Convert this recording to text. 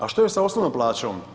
A što je sa osnovnom plaćom?